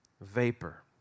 vapor